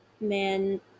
man